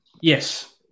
Yes